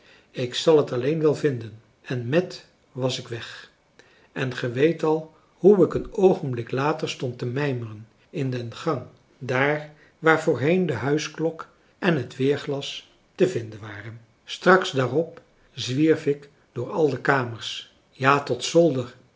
ik zal het alleen wel vinden en met was ik weg en ge weet al hoe ik een oogenblik later stond te mijmeren in den gang daar waar voorheen de huisklok en het weerglas te vinden waren straks daarop zwierf ik door al de kamers ja tot zolder